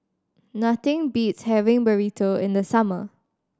nothing beats having Burrito in the summer